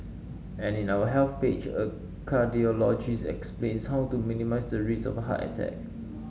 and in our Health page a cardiologist explains how to minimise the risk of a heart attack